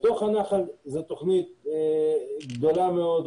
בתוך הנחל זה תוכנית גדולה מאוד,